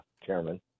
chairman